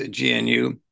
GNU